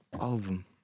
album